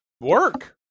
work